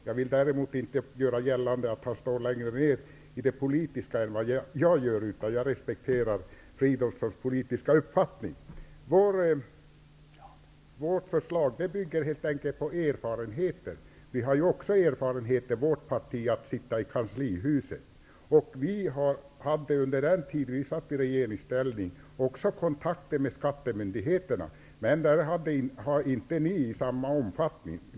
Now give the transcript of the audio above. Jag vill däremot inte göra gällande att han står längre ner i det politiska än vad jag gör, utan jag respekterar Filip Fridolfssons politiska uppfattning. Vårt förslag bygger på erfarenheter. Också vårt parti har erfarenhet av att sitta i kanslihuset. Vi hade under den tid vi var i regeringsställning också kontakter med skattemyndigheterna. Det har inte ni i samma omfattning.